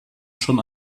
schon